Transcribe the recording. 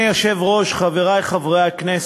אני לא מבין את חברי הכנסת